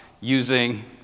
using